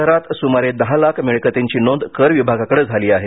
शहरात सुमारे दहा लाख मिळकर्तींची नोंद करविभागाकडे झाली आहे